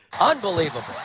Unbelievable